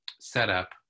setup